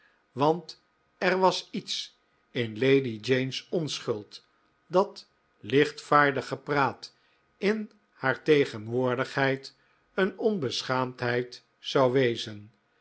want er was iets in lady jane's onschuld dat lichtvaardig gepraat in haar tegenwoordigheid een onbeschaamdheid zou wezen